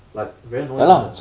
like very annoying you know